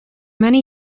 many